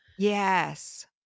Yes